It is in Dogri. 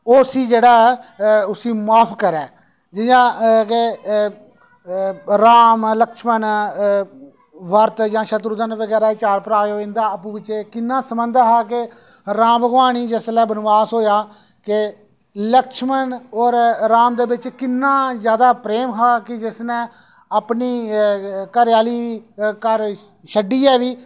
ओह् उसी जेह्ड़ा ऐ उसी माफ करै जियां राम लक्ष्मण भरत जां शत्रुघन बगैरा जेह्ड़े चार भ्राऽ हे इंदा आपूं बिच्चे किन्ना संबंध हा कि राम भगोआन गी जिसलै वनबास होएआ के लक्ष्मण और राम दे बिच किन्ना जैदा प्रेम हा कि जिसने अपनी घरे आह्ली गी बी घर छड्डिये बी